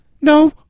no